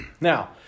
Now